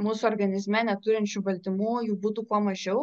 mūsų organizme neturinčių baltymų jų būtų kuo mažiau